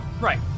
Right